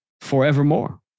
forevermore